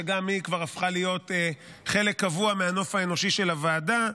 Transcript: שגם היא הפכה להיות חלק קבוע מהנוף האנושי של הוועדה,